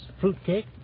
fruitcake